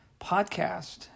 podcast